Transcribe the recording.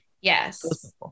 Yes